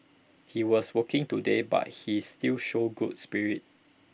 he was working today but he still showed good spirit